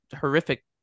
horrific